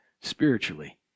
spiritually